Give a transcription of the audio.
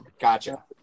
gotcha